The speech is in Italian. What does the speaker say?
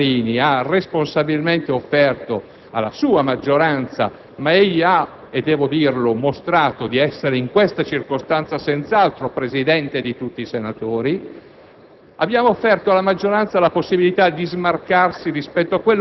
Oggi noi abbiamo responsabilmente offerto e il presidente Marini ha responsabilmente offerto alla sua maggioranza (ma egli ha mostrato di essere in questa circostanza senz'altro il Presidente di tutti senatori)